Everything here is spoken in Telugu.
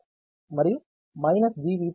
V1 మరియు G